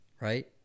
right